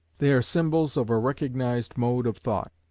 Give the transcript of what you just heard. they are symbols of a recognised mode of thought,